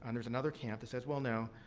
and there's another camp that says, well, no.